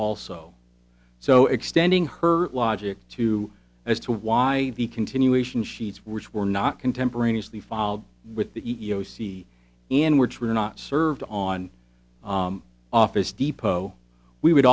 also so extending her logic to as to why the continuation sheets which were not contemporaneously filed with the e e o c and which were not served on office depot we would